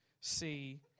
see